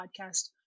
podcast